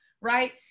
right